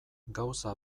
gauza